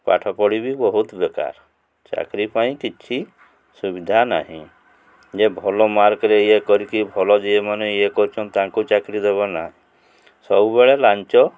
ପାଠ ପଢ଼ିବି ବହୁତ ବେକାର ଚାକିରି ପାଇଁ କିଛି ସୁବିଧା ନାହିଁ ଯେ ଭଲ ମାର୍କରେ ଇଏ କରିକି ଭଲ ଇଏ ମାନେ ଇଏ କରୁଛନ୍ତି ତାଙ୍କୁ ଚାକିରି ଦେବନା ସବୁବେଳେ ଲାଞ୍ଚ